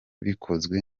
bikozwe